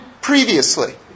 previously